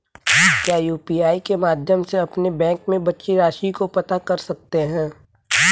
क्या यू.पी.आई के माध्यम से अपने बैंक में बची राशि को पता कर सकते हैं?